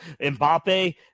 Mbappe